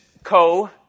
Co